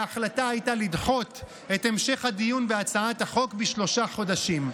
וההחלטה הייתה לדחות את המשך הדיון בהצעת החוק בשלושה חודשים.